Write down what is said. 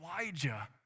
Elijah